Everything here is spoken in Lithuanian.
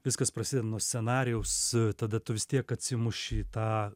viskas prasideda nuo scenarijaus tada tu vis tiek atsimuši į tą